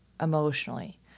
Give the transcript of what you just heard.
Emotionally